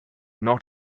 not